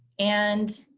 and